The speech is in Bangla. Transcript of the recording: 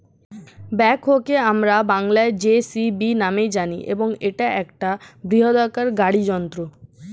ব্যাকহোকে আমরা বংলায় জে.সি.বি নামেই জানি এবং এটা একটা বৃহদাকার গাড়ি যন্ত্র